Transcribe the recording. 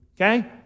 Okay